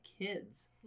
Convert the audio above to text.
kids